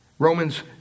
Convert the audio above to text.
Romans